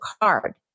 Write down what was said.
card